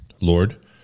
Lord